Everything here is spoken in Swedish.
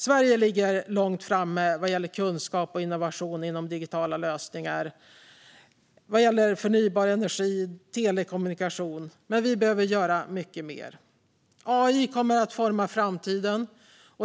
Sverige ligger långt framme vad gäller kunskap och innovation inom digitala lösningar, förnybar energi och telekommunikation. Men vi behöver göra mycket mer. AI kommer att forma framtiden.